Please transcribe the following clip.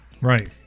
Right